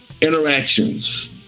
interactions